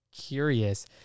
curious